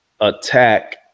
attack